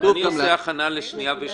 אני עושה הכנה לשנייה ושלישית.